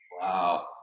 Wow